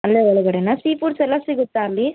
ಅಲ್ಲೇ ಒಳಗಡೆನಾ ಸೀಫುಡ್ಸ್ ಎಲ್ಲ ಸಿಗುತ್ತಾ ಅಲ್ಲಿ